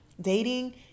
dating